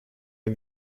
den